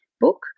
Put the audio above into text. book